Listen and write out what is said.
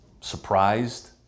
surprised